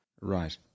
right